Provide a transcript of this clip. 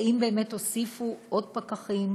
האם באמת הוסיפו עוד פקחים,